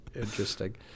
Interesting